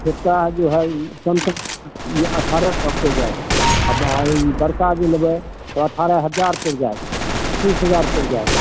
छोटका जे हइ ई सैमसंग ई अठारह सएके जायत आ ई बड़का जे लेबै ई अठारह हजार पड़ि जायत बीस हजार पड़ि जायत